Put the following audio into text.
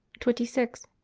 twenty six.